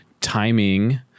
timing